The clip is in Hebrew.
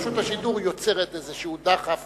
רשות השידור יוצרת איזה דחף